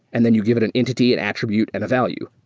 and then you give it an entity and attribute and a value,